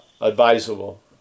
advisable